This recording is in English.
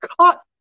cut